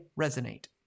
resonate